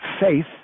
Faith